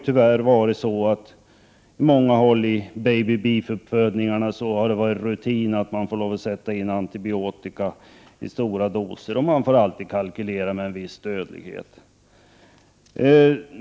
Tyvärr har det på många håll i ”baby beef”-uppfödningarna varit rutin att sätta in antibiotika i stora doser och att kalkylera med en viss dödlighet.